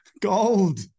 Gold